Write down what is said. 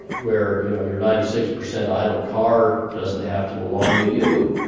where you know your ninety six percent idle car doesn't have to belong to you.